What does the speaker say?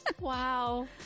Wow